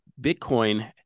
Bitcoin